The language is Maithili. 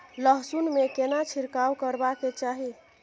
लहसुन में केना छिरकाव करबा के चाही?